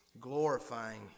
glorifying